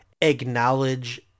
acknowledge